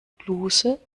bluse